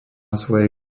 svoje